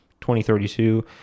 2032